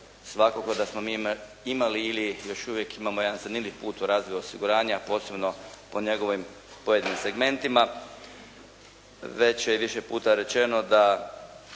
Svakako da smo mi imali ili još uvijek imamo jedan zanimljiv put u razvoju osiguranja a posebno po njegovim pojedinim segmentima. Već je više puta rečeno da